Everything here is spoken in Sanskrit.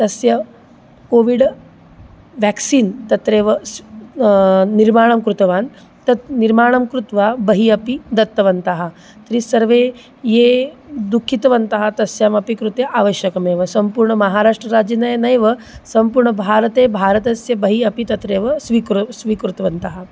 तस्य कोविड् व्याक्सीन् तत्रैव निर्माणं कृतवान् तत् निर्माणं कृत्वा बहिः अपि दत्तवन्तः तर्हि सर्वे ये दुःखितवन्तः तस्यामपि कृते आवश्यकमेव सम्पूर्णमहाराष्ट्रराज्ये न नैव सम्पूर्णभारते भारतस्य बहिः अपि तत्रैव स्वीकुरु स्वीकृतवन्तः